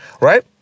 Right